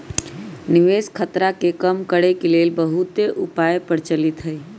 निवेश खतरा के कम करेके के लेल बहुते उपाय प्रचलित हइ